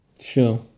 sure